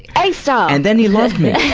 a-star! and then he loved me!